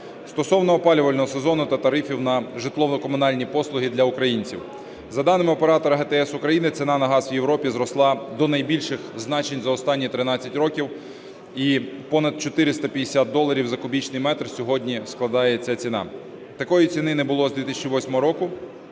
Стосовно опалювального сезону та тарифів на житлово-комунальні послуги для українців. За даними оператора ГТС України, ціна на газ в Європі зросла до найбільших значень за останні 13 років, і понад 450 доларів за кубічний метр сьогодні складає ця ціна. Такої ціни не було з 2008 року,